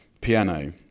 piano